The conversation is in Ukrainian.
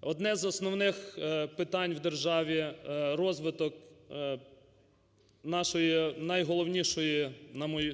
Одне з основних питань в державі – розвиток нашої найголовнішої,